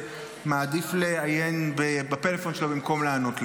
שמעדיף לעיין בפלאפון שלו במקום לענות לי.